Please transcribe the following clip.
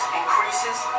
increases